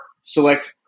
select